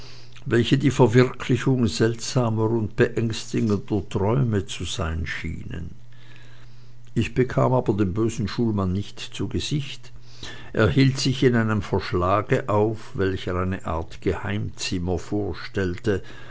welche die verwirklichung seltsamer und beängstigender träume zu sein schienen ich bekam aber den bösen schulmann nicht zu gesicht er hielt sich in einem verschlage auf welcher eine art geheimzimmer vorstellte